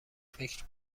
فکر